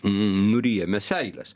nuryjame seiles